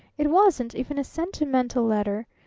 it wasn't even a sentimental letter.